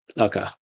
Okay